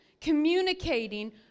communicating